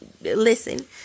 listen